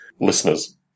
listeners